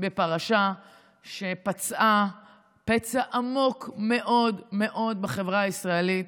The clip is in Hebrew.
בפרשה שפצעה פצע עמוק מאוד מאוד בחברה הישראלית,